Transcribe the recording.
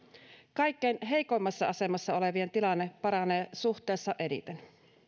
kaikkein heikoimmassa asemassa olevien tilanne paranee suhteessa eniten